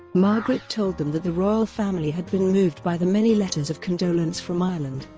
margaret told them that the royal family had been moved by the many letters of condolence from ireland.